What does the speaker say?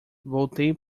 voltei